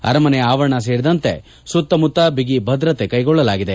ಅರಮನೆ ಆವರಣ ಸೇರಿದಂತೆ ಸುತ್ತಮುತ್ತ ಬಿಗಿ ಭದ್ರತೆ ಕೈಗೊಳ್ಳಲಾಗಿದೆ